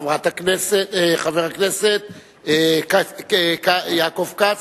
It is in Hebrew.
חבר הכנסת יעקב כץ,